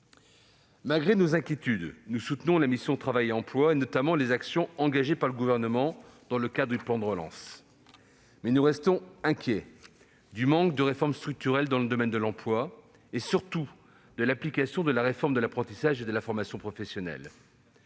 Malgré nos inquiétudes, nous approuvons la mission « Travail et emploi » et les actions engagées par le Gouvernement dans le cadre du plan de relance. Néanmoins, nous restons inquiets du manque de réformes structurelles dans le domaine de l'emploi et, surtout, de l'application de la réforme de l'apprentissage et de la formation professionnelle.